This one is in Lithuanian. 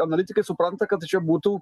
analitikai supranta kad čia būtų